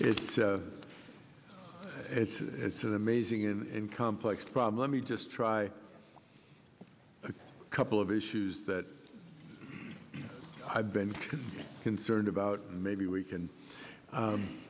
it's a it's it's an amazing and complex problem let me just try a couple of issues that i've been concerned about maybe we can